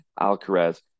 Alcaraz